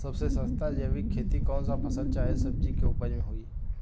सबसे सस्ता जैविक खेती कौन सा फसल चाहे सब्जी के उपज मे होई?